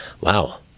wow